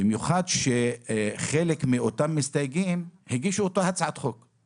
במיוחד שחלק מאותם מסתייגים הגישו אותה הצעת חוק.